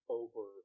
over